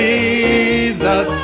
Jesus